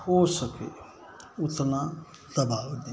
हो सके उतना दबाव दें